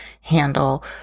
handle